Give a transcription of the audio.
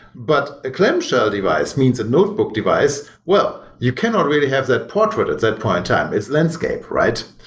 but a clamshell device means a notebook device, well, you cannot really have that portrait at that point in time. it's landscape, right?